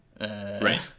Right